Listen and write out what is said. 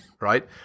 Right